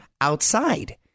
outside